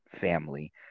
family